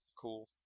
cool